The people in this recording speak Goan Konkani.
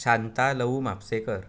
शांता लवू म्हापशेकर